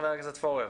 חבר הכנסת פורר.